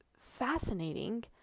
fascinating